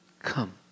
come